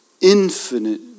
infinite